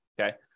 okay